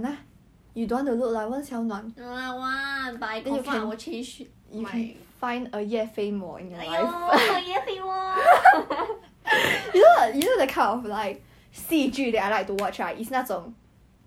and then usually is the rich family the girl right that is evil and wants to destroy the normal girl like do all the 鬼鬼祟祟 ya lor